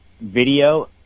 Video